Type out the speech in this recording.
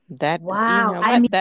Wow